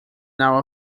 now